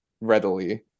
readily